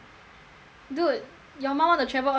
dude your mom want to travel all the way to boon lay